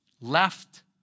Left